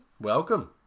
welcome